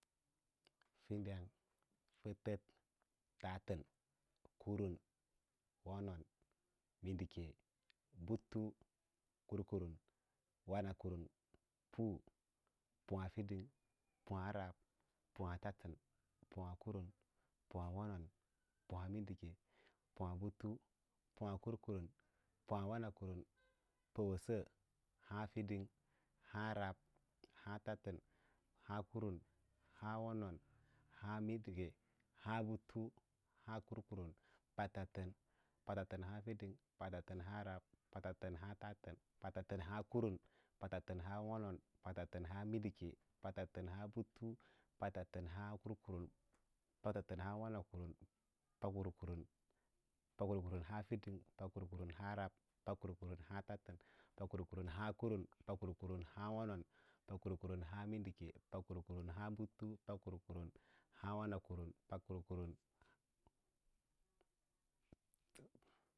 Fədang, fətət, tatən, kurun, wonon mindike, butu, kurkurun, wanakurun pu, pu ahaã fin, pu ahaã rab, pu ahaã tatən, pu ahaã kurum, pu ahaã wonon, pu ahaã mindike, pu ahaã butu, pu ahaã kurkurun, pu ahaã wanakurun puwəsa, puwəsa ahaã fin, puwəsa ahaã rab, puwəsa ahaã tatən, puwəsa ahaã kurun, puwəsa ahaã wonón puwəsa ahaã mindike, puwəsa ahaã butu puwəsa ahaã kurkurun, puwəsa ahaã wonakum patatən, patatən ahaã fin patatən ahaã rab, patatən ahaã tatən, patatən ahaã kurum, patatən ahaã wonon, patatən ahaã mindike, patatən ahaã butu, patatən ahaã kurkurun patatən ahaã wanakurum pakurkuran pakurkuran ahaã fin pa kurkuran ahaã rab pakurkuran ahaã tatən, pakurkuran ahaã kuran, pakurkuran ahaã wonon pakurkuran ahaã mindike pakurkuran ahaã butu pakurkuran ahaã kurkurun kurkurun pakurkuran ahaã wabakurun.